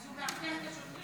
נו, אז הוא מאבטח את השוטרים?